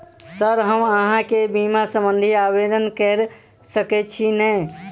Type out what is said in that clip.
Sir हम अहाँ केँ बीमा संबधी आवेदन कैर सकै छी नै?